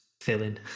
filling